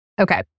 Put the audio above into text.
Okay